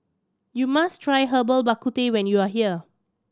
you must try Herbal Bak Ku Teh when you are here